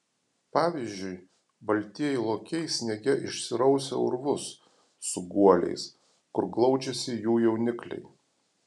pavyzdžiui baltieji lokiai sniege išsirausia urvus su guoliais kur glaudžiasi jų jaunikliai